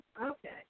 Okay